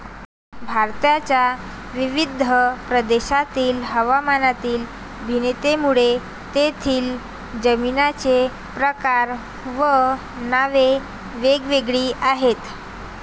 भारताच्या विविध प्रदेशांतील हवामानातील भिन्नतेमुळे तेथील जमिनींचे प्रकार व नावे वेगवेगळी आहेत